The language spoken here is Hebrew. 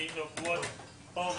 אז אני רוצה לסכם ולומר,